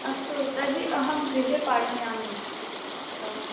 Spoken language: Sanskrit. अस्तु तर्हि अहं गृहे पाठयामि तं